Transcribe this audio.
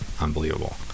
unbelievable